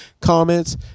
comments